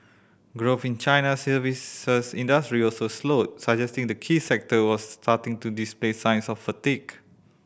growth in China's services industry also slowed suggesting the key sector was starting to display signs of fatigue